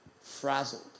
frazzled